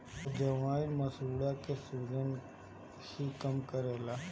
अजवाईन मसूड़ा के सुजन भी कम करेला